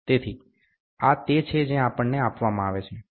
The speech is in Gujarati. તેથી આ તે છે જે આપણને આપવામાં આવે છે